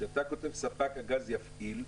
כשאתה כותב: "ספק הגז יפעיל",